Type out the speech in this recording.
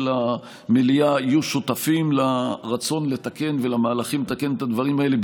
המליאה יהיו שותפים לרצון לתקן ולמהלכים לתקן את הדברים האלה,